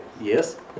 Yes